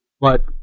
But-